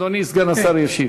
אדוני סגן השר ישיב.